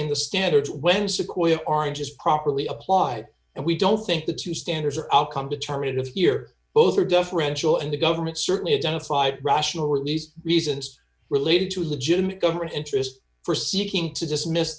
in the standards when sequoia orange is properly applied and we don't think the two standards are outcome determinative here both are deferential and the government certainly identified rational release reasons related to legitimate government interest for seeking to dismiss